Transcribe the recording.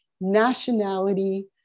nationality